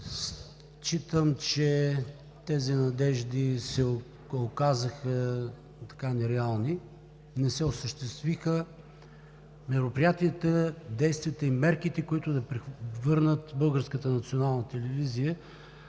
считам, че тези надежди се оказаха нереални. Не се осъществиха мероприятията, действията и мерките, които да превърнат Българската национална телевизия